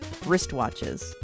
wristwatches